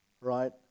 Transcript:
right